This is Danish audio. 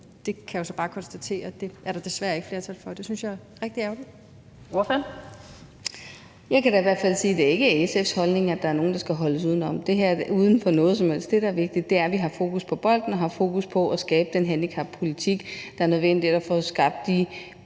Den fg. formand (Annette Lind): Ordføreren. Kl. 19:58 Charlotte Broman Mølbæk (SF): Jeg kan da i hvert fald sige, at det ikke er SF's holdning, at der er nogle, der skal holdes uden for noget som helst. Det, der er vigtigt, er, at vi har fokus på bolden og har fokus på at skabe den handicappolitik, der er nødvendig for at skabe de